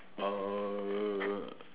uh